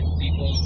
people